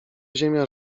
ziemia